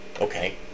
Okay